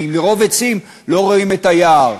כי מרוב עצים לא רואים את היער.